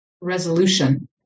resolution